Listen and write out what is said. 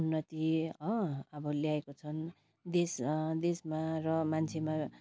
उन्नति हो अब ल्याएको छन् देश देशमा र मान्छेमा